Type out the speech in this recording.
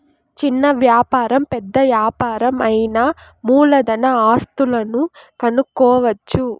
చిన్న వ్యాపారం పెద్ద యాపారం అయినా మూలధన ఆస్తులను కనుక్కోవచ్చు